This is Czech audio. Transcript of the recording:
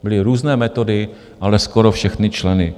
Byly různé metody, ale skoro všichni členové.